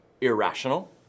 irrational